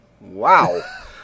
Wow